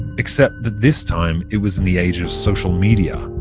except that this time it was in the age of social media,